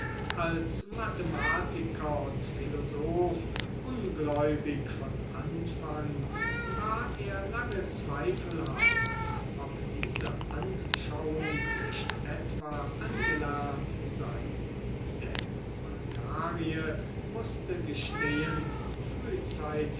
als mathematiker und philosoph ungläubig von anfang war er lange zweifelhaft ob diese anschauung nicht etwa angelernt sei denn makarie mußte